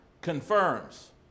confirms